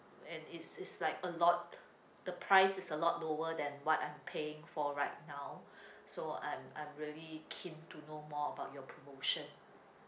and it's it's like a lot the price is a lot lower than what I'm paying for right now so I'm I'm really keen to know more about your promotion